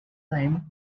time